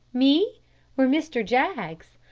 me or mr. jaggs?